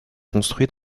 construit